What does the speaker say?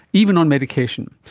even on medication.